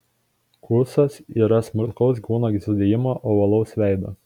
kuusas yra smulkaus kūno sudėjimo ovalaus veido